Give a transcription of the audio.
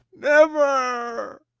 never!